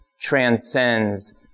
transcends